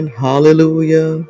hallelujah